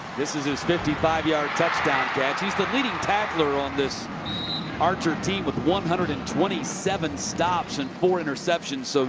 this is his fifty five yard touchdown catch. he's the leading tackler on this archer team with one hundred and twenty seven stops and four interceptions. so